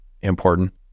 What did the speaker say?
important